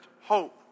hope